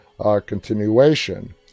continuation